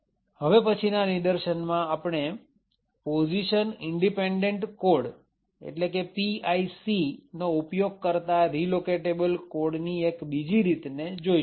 તો હવે પછીના નિદર્શનમાં આપણે પોઝિશન ઇન્ડિપેન્ડન્ટ કોડ નો ઉપયોગ કરતા રીલોકેટેબલ કોડ ની એક બીજી રીત ને જોઈશું